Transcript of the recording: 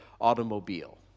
automobile